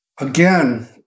again